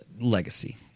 legacy